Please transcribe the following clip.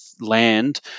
land